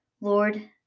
lord